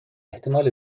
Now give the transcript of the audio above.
احتمال